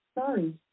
Sorry